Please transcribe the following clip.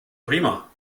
prima